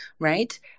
right